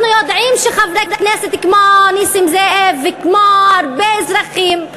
אנחנו יודעים שחברי כנסת כמו נסים זאב וכמו הרבה אזרחים,